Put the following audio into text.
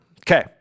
Okay